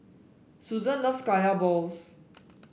Susan loves Kaya Balls